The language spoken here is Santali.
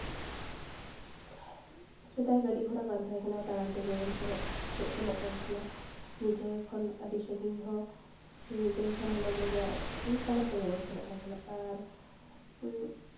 ᱥᱮᱫᱟᱭ ᱜᱟᱹᱰᱤ ᱜᱷᱚᱲᱟ ᱵᱟᱝ ᱛᱟᱦᱮᱠᱟᱱᱟ ᱛᱟᱲᱟᱢ ᱛᱮᱜᱮ ᱵᱚᱱ ᱥᱮᱱᱚᱜ ᱦᱮᱡ ᱥᱮᱱᱚᱜ ᱠᱟᱱ ᱛᱟᱦᱮᱱᱟ ᱢᱤᱫ ᱡᱟᱭᱜᱟ ᱠᱷᱚᱱ ᱟᱹᱰᱤ ᱥᱟᱺᱜᱤᱧ ᱦᱚᱸ ᱢᱤᱫ ᱡᱟᱭᱜᱟ ᱠᱷᱚᱱ ᱦᱟᱱᱟ ᱡᱟᱭᱜᱟ ᱛᱟᱲᱟᱢ ᱛᱮᱜᱮ ᱵᱚᱱ ᱥᱮᱱᱚᱜ ᱠᱟᱱ ᱛᱟᱦᱮᱱᱟ ᱟᱨ